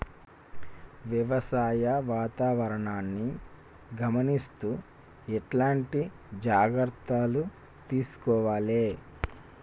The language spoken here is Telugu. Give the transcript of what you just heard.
వ్యవసాయ వాతావరణాన్ని గమనిస్తూ ఎట్లాంటి జాగ్రత్తలు తీసుకోవాలే?